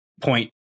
point